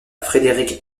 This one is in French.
frederick